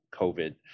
COVID